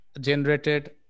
generated